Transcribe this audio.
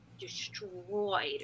destroyed